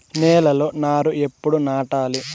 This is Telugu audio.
నేలలో నారు ఎప్పుడు నాటాలి?